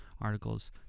articles